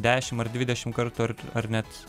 dešim ar dvidešim kartų ar ar net